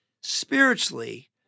spiritually